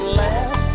left